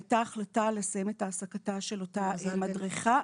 הייתה החלטה לסיים את העסקתה של אותה מדריכה.